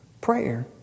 prayer